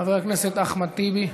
חבר הכנסת אחמד טיבי.